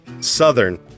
Southern